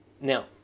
Now